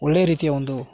ಒಳ್ಳೆಯ ರೀತಿಯ ಒಂದು